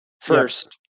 First